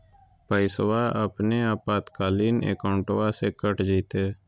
पैस्वा अपने आपातकालीन अकाउंटबा से कट जयते?